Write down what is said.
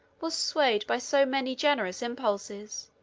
was swayed by so many generous impulses,